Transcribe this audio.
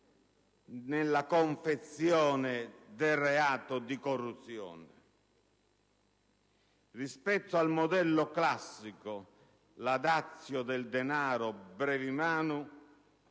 nella confezione del reato di corruzione. Rispetto al modello classico (la *datio* del denaro *brevi manu*),